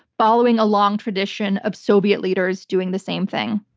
following a long tradition of soviet leaders doing the same thing.